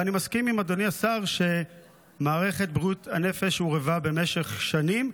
ואני מסכים עם אדוני השר שמערכת בריאות הנפש הורעבה במשך שנים,